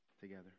together